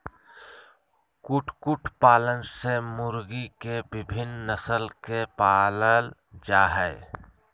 कुकुट पालन में मुर्गी के विविन्न नस्ल के पालल जा हई